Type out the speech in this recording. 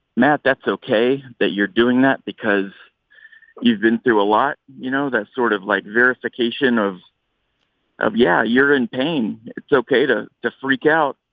matt, that's ok that you're doing that because you've been through a lot. you know, that sort of like verification of of. yeah, you're in pain. it's okay to just freak out.